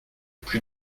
plus